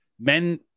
Men